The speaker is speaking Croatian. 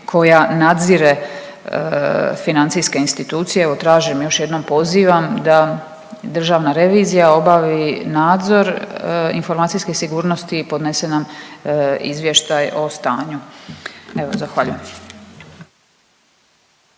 koja nadzire financijske institucije. Evo tražim još jednom pozivam da državna revizija obavi nadzor informacijske sigurnosti i podnese nam izvještaj o stanju. Evo, zahvaljujem.